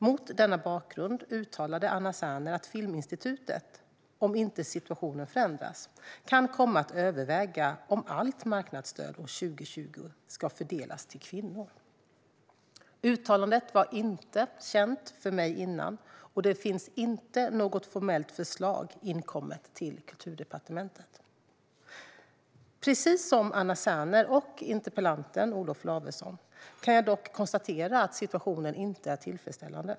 Mot denna bakgrund uttalade Anna Serner att Filminstitutet, om situationen inte förändras, kan komma att överväga om allt marknadsstöd år 2020 ska fördelas till kvinnor. Uttalandet var inte känt för mig innan, och något formellt förslag har inte kommit in till Kulturdepartementet. Precis som Anna Serner och interpellanten Olof Lavesson kan jag dock konstatera att situationen inte är tillfredsställande.